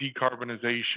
decarbonization